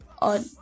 on